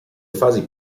fasi